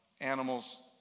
animals